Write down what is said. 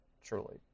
Truly